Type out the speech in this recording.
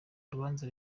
rubanza